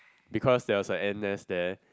because there was an ant nest there